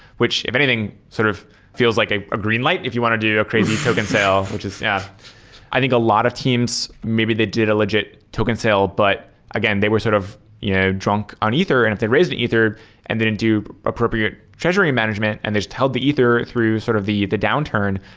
which if anything sort of feels like a a green light if you want to do a crazy token sale, which is yeah i think a lot of teams, maybe they did a legit token sale, but again they were sort of you know drunk on ether, and if they raised an ether and they didn't do appropriate treasury management and they just held the ether through sort of the the downturn,